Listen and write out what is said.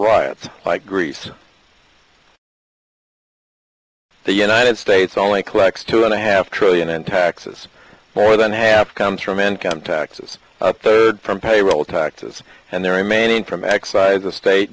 riots like greece the united states only collects two and a half trillion in taxes more than half comes from income taxes a third from payroll taxes and the remaining from excise estate